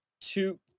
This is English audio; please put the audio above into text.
two